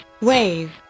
Wave